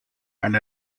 and